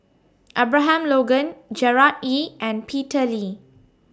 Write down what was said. Abraham Logan Gerard Ee and Peter Lee